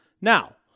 Now